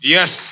Yes